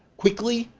quickly.